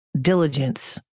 diligence